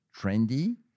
trendy